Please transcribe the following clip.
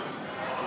ההצעה להעביר את